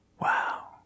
Wow